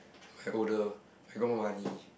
if I older if I got more money